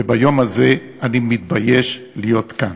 וביום הזה אני מתבייש להיות כאן.